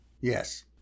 Yes